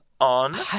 on